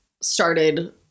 started